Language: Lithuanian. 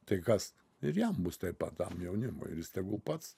tai kas ir jam bus taip pat tam jaunimui ir jis tegul pats